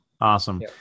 Awesome